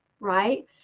right